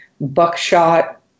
buckshot